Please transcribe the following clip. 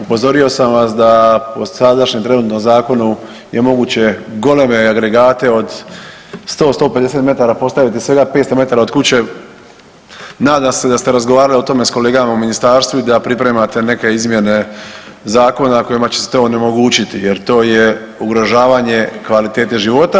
Upozorio sam vas da po sadašnjem trenutno zakonu je moguće goleme agregate od 100, 150 metara postaviti svega 500 metara od kuće nadam se da ste razgovarali o tome s kolegama u ministarstvu i da pripremate neke izmjene zakona kojima će se to onemogućiti jer to je ugrožavanje kvalitete života.